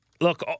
Look